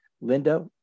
Linda